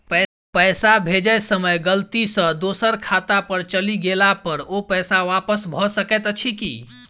पैसा भेजय समय गलती सँ दोसर खाता पर चलि गेला पर ओ पैसा वापस भऽ सकैत अछि की?